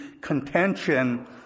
contention